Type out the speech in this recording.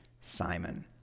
Simon